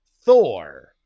Thor